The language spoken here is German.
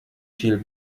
viel